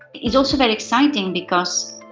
it's also very exciting because,